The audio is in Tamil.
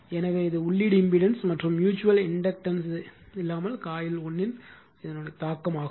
எனவே இது உள்ளீட்டு இம்பிடன்ஸ் மற்றும் ம்யூச்சுவல் இண்டக்டன்ஸ் இல்லாமல் காயில் 1 இன் தாக்கமாகும்